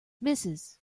mrs